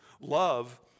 Love